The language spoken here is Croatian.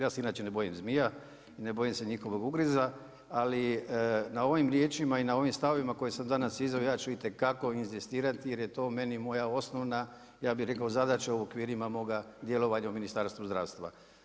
Ja se inače ne bojim zmija i ne bojim se njihovog ugriza ali na ovim riječima i na ovim stavovima koje sam izveo, ja ću itekako inzistirati jer je to meni moja osnova, ja bi rekao, zadaća u okvirima moga djelovanja u Ministarstvu zdravstva.